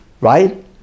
right